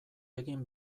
egin